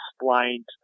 explained